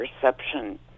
perception